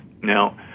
Now